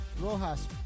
Rojas